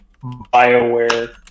Bioware